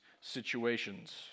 situations